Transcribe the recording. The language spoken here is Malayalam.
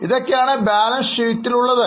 ഇതൊക്കെയാണ് ബാലൻസ് ഷീറ്റ് ഉള്ളത്